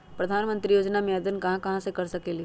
प्रधानमंत्री योजना में आवेदन कहा से कर सकेली?